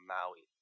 Maui